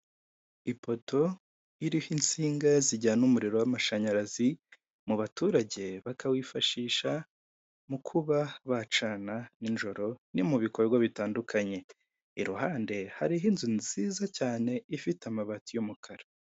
Ipoto iriho insinga zijyana umuriro wamashanyarazi mubaturage bakawifashisha mukuba bacana nijoro no mubikorwa bitandukanye ,iruhande hariho inzu nziza cyane ifite amabati y'umukara.